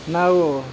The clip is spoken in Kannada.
ನಾವು